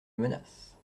menace